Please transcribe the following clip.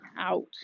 out